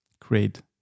create